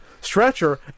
stretcher